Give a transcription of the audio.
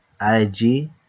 IG